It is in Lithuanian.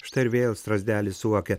štai ir vėl strazdelis suokia